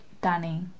Danny